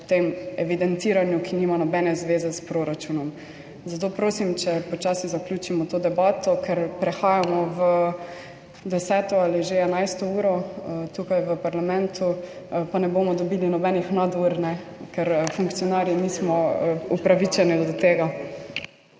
o tem evidentiranju, ki nima nobene zveze s proračunom. Zato prosim, če počasi zaključimo to debato, ker prehajamo v deseto ali že enajsto uro tukaj v parlamentu, pa ne bomo dobili nobenih nadur, ker funkcionarji nismo upravičeni do tega.